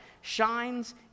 shines